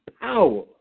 power